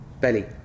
belly